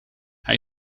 hij